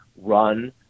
run